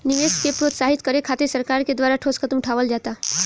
निवेश के प्रोत्साहित करे खातिर सरकार के द्वारा ठोस कदम उठावल जाता